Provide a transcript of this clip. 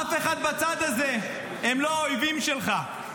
אף אחד בצד הזה הוא לא האויב שלך.